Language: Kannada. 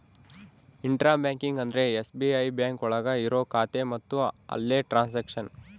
ಇಂಟ್ರ ಬ್ಯಾಂಕಿಂಗ್ ಅಂದ್ರೆ ಎಸ್.ಬಿ.ಐ ಬ್ಯಾಂಕ್ ಒಳಗ ಇರೋ ಖಾತೆ ಮತ್ತು ಅಲ್ಲೇ ಟ್ರನ್ಸ್ಯಾಕ್ಷನ್